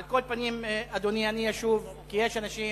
על כל פנים, אדוני, אני אשוב, כי יש אנשים